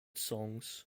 songs